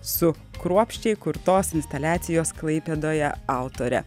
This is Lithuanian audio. su kruopščiai kurtos instaliacijos klaipėdoje autore